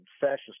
fascist